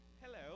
hello